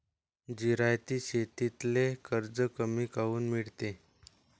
जिरायती शेतीले कर्ज कमी काऊन मिळते?